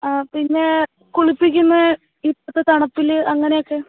ആ പിന്നെ കുളിപ്പിക്കുന്ന ഇപ്പത്തെ തണുപ്പിൽ അങ്ങനെയൊക്കെ